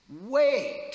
wait